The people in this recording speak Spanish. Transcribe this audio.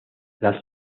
las